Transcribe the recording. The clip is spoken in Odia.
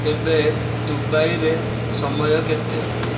ଏବେ ଦୁବାଇରେ ସମୟ କେତେ